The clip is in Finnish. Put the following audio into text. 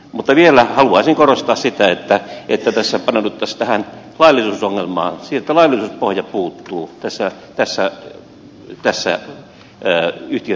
mutta vielä haluaisin korostaa sitä että tässä paneuduttaisiin tähän laillisuusongelmaan siihen että laillisuuspohja puuttuu tästä yhtiöittämislaista